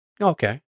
Okay